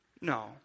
No